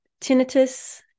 tinnitus